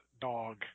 dog